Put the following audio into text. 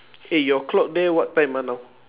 eh your clock there what time ah now